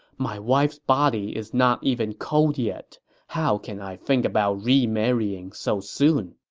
my wife's body is not even cold yet how can i think about remarrying so soon?